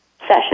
session